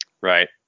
Right